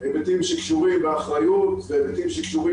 היבטים שקשורים באחריות והיבטים שקשורים